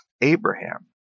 Abraham